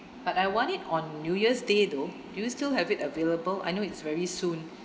but I want it on new year's day though do you still have it available I know it's very soon